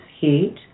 heat